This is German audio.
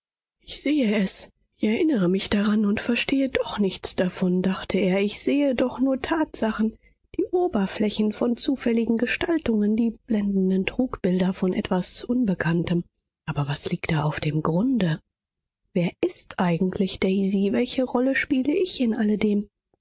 ich sehe es ich erinnere mich daran und verstehe doch nichts davon dachte er ich sehe doch nur tatsachen die oberflächen von zufälligen gestaltungen die blendenden trugbilder von etwas unbekanntem aber was liegt da auf dem grunde wer ist eigentlich daisy welche rolle spiele ich in alledem